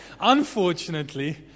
Unfortunately